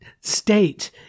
state